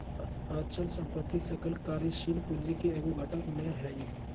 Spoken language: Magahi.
अचल संपत्ति सकल कार्यशील पूंजी के एगो घटक नै हइ